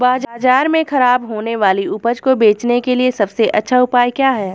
बाज़ार में खराब होने वाली उपज को बेचने के लिए सबसे अच्छा उपाय क्या हैं?